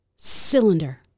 cylinder